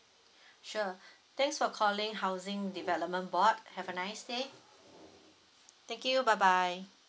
sure thanks for calling housing development board have a nice day thank you bye bye